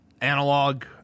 analog